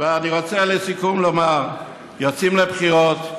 ואני רוצה לסיכום לומר: יוצאים לבחירות.